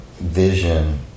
vision